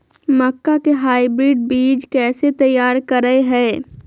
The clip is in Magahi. मक्का के हाइब्रिड बीज कैसे तैयार करय हैय?